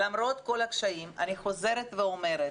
למרות כל הקשיים אני חוזרת ואומרת,